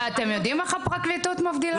אתם יודעים איך הפרקליטות מבדילה בין העבירות?